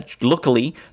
luckily